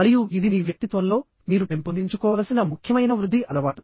మరియు ఇది మీ వ్యక్తిత్వంలో మీరు పెంపొందించుకోవలసిన ముఖ్యమైన వృద్ధి అలవాటు